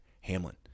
Hamlin